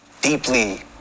deeply